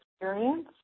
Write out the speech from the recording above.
experience